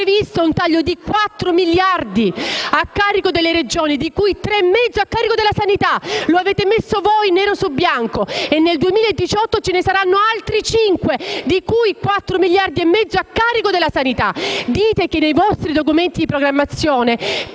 previsto un taglio di 4 miliardi di euro a carico delle Regioni, di cui 3,5 a carico della sanità. Lo avete messo voi nero su bianco. Nel 2018 ce ne saranno altri 5, di cui 4,5 miliardi a carico della sanità. Dite che nei vostri documenti di programmazione